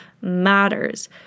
matters